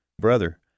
brother